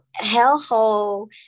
hellhole